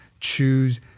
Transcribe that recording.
choose